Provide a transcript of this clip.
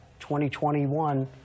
2021